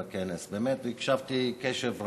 והקשבתי בקשב רב.